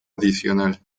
adicional